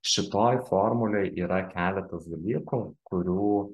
šitoj formulėj yra keletas dalykų kurių